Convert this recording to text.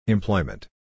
Employment